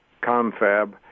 confab